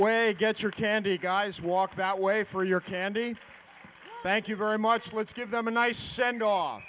way get your candy guys walk that way for your candy thank you very much let's give them a nice send off